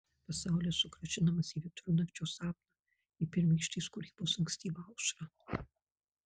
pasaulis sugrąžinamas į vidurnakčio sapną į pirmykštės kūrybos ankstyvą aušrą